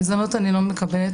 מזונות אני לא מקבלת,